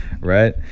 right